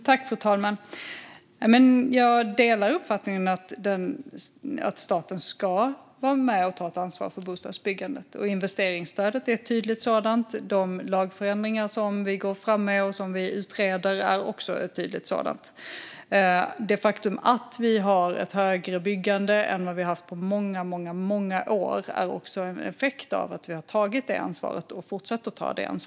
Fru talman! Jag delar uppfattningen att staten ska vara med och ta ett ansvar för bostadsbyggandet. Genom investeringsstödet tar vi ett tydligt sådant, och även med de lagändringar vi utreder och går fram med. Det faktum att vi har ett högre byggande än vi har haft på många, många år är också en effekt av att vi har tagit detta ansvar och fortsätter att ta det.